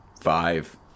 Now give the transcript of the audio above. Five